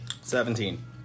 Seventeen